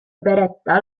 berättar